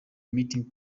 meeting